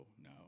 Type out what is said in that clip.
no